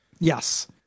yes